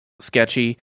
sketchy